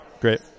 Great